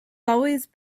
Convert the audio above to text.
always